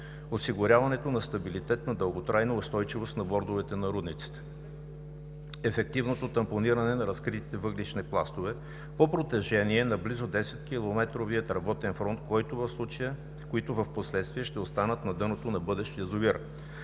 осигуряването на стабилитет на дълготрайна устойчивост на бордовете на рудниците; ефективното тампониране на разкритите въглищни пластове по протежение на близо 10 км работен фронт, които в последствие ще останат на дъното на бъдещ язовир.